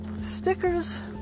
stickers